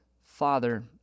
Father